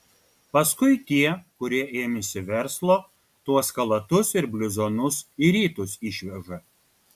paskui tie kurie ėmėsi verslo tuos chalatus ir bliuzonus į rytus išveža